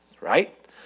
right